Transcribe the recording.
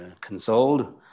consoled